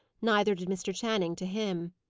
neither did mr. channing to him.